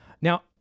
Now